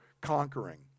conquering